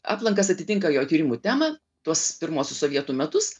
aplankas atitinka jo tyrimų temą tuos pirmuosius sovietų metus